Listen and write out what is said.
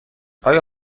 آیا